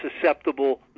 susceptible